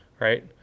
right